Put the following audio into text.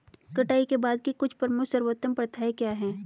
कटाई के बाद की कुछ प्रमुख सर्वोत्तम प्रथाएं क्या हैं?